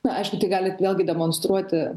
na aišku tai gali vėlgi demonstruoti